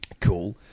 Cool